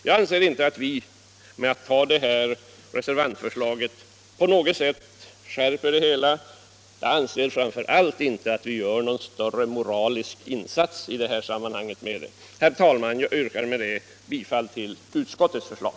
Jag anser inte att man på något sätt skärper beslutet genom att anta reservanternas förslag. Och jag anser framför allt inte att vi därigenom gör någon större moralisk insats i detta sammanhang. Herr talman! Jag yrkar med detta bifall till utskottets förslag.